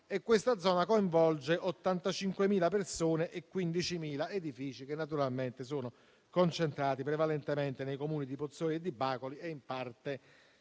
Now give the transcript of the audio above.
che coinvolge 85.000 persone e 15.000 edifici, che naturalmente sono concentrati prevalentemente nei Comuni di Pozzuoli e di Bacoli e in parte